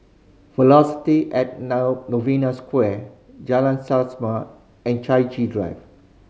Velocity at Novena Square Jalan Selaseh and Chai Chee Drive